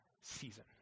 season